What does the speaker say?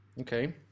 Okay